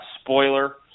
spoiler